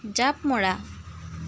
জাঁপ মৰা